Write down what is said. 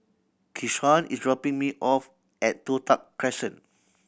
Keshawn is dropping me off at Toh Tuck Crescent